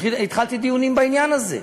התחלתי דיונים בעניין הזה,